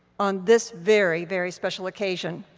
on this very, very special occasion,